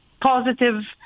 positive